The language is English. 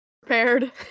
prepared